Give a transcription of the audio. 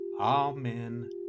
Amen